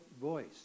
voice